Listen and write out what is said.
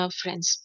friends